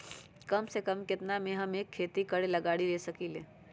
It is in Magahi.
कम से कम केतना में हम एक खेती करेला गाड़ी ले सकींले?